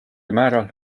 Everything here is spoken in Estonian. määral